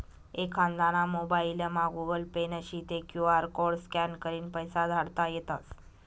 एखांदाना मोबाइलमा Google Pay नशी ते क्यु आर कोड स्कॅन करीन पैसा धाडता येतस